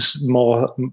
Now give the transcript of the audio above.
more